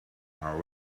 our